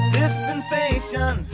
dispensation